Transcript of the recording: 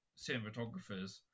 cinematographers